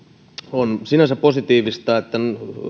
on sinänsä positiivista että